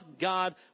God